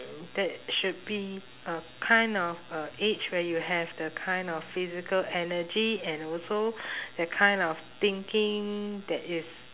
um that should be a kind of a age where you have the kind of physical energy and also the kind of thinking that is